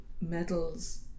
medals